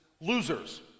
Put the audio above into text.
losers